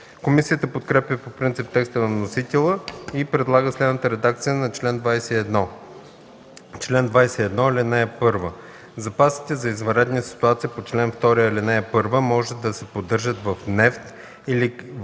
Комисията подкрепя по принцип текста на вносителя и предлага следната редакция на чл. 21: „Чл. 21. (1) Запаси за извънредни ситуации по чл. 2, ал. 1 може да се поддържат в нефт или в